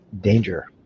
danger